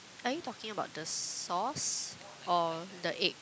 are you talking about the sauce or the egg